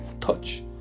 touch